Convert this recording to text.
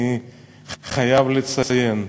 אני חייב לציין,